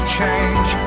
change